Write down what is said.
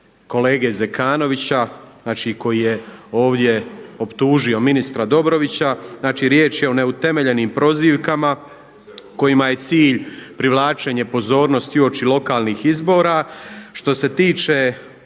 kolega Zekanovića, znači koji je ovdje optužio ministra Dobrovića. Znači riječ je o neutemeljenim prozivkama kojima je cilj privlačenje pozornosti uoči lokalnih izbora. Što se tiče